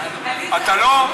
אתה לא רוצה לומר,